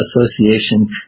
association